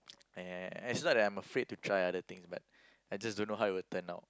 I I I is not that I am afraid to try other things but I just don't know how it will turn out